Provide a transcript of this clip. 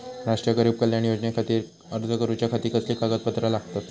राष्ट्रीय गरीब कल्याण योजनेखातीर अर्ज करूच्या खाती कसली कागदपत्रा लागतत?